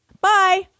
Bye